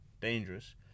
dangerous